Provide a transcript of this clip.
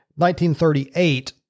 1938